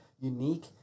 unique